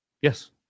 Yes